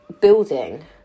building